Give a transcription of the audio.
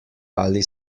ali